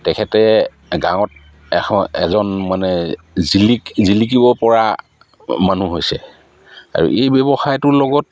তেখেতে গাঁৱত এখন এজন মানে জিলিকি জিলিকিবপৰা মানুহ হৈছে আৰু এই ব্যৱসায়টোৰ লগত